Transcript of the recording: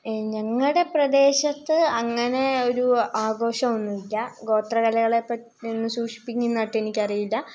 ഞങ്ങളുടെ പ്രദേശത്ത് അങ്ങനെ ഒരു ആഘോഷമൊന്നും ഇല്ല ഗോത്രകലകളെ പറ്റി ഒന്ന് സൂക്ഷിപ്പിക്കുന്നതായിട്ട് എനിക്കറിയില്ല